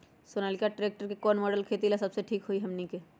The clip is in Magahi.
सोनालिका ट्रेक्टर के कौन मॉडल खेती ला सबसे ठीक होई हमने की?